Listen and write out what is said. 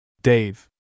Dave